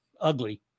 ugly